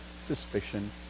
suspicion